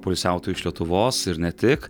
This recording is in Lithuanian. poilsiautojų iš lietuvos ir ne tik